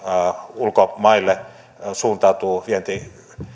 ulkomaille suuntautuva vienti